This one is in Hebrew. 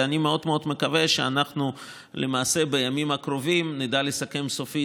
ואני מאוד מאוד מקווה שאנחנו נדע בימים הקרובים לסכם סופית